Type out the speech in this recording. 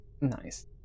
Nice